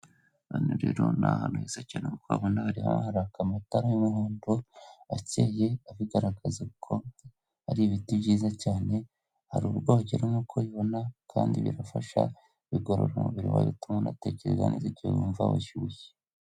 Hano rero ni ahantu heza cyane nk'uko uhabona hariho haraka amatara y'umuhondo akeye, abigaragaza ko hari ibiti byiza cyane, hari ubwogero nk'uko ubibona, kandi birafasha bigorora umubiri wawe bituma unatekereza neza igihe wumva washyushye.